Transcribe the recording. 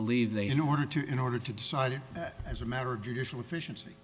believe they in order to in order to decide it as a matter of judicial efficiency